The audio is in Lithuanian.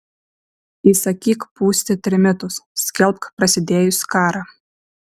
įsakyk pūsti trimitus skelbk prasidėjus karą